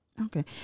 Okay